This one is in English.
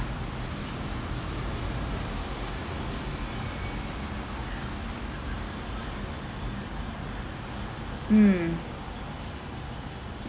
mm